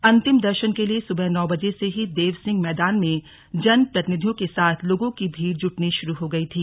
अंतिम दर्शन के लिए सुबह नौ बजे से ही देव सिंह मैदान में जनप्रतिनिधियों के साथ लोगों की भीड़ जुटनी शुरू हो गई थी